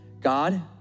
God